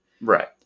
right